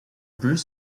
bruce